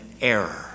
error